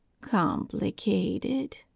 Complicated